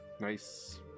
Nice